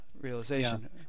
realization